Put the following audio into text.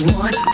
one